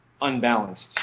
unbalanced